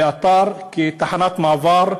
ואתר כתחנת מעבר לפסולת,